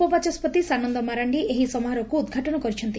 ଉପବାଚସ୍ବତି ସାନନ୍ଦ ମାରାଣ୍ଡି ଏହି ସମାରୋହକୁ ଉଦ୍ଘାଟନ କରିଛନ୍ତି